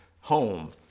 home